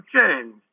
change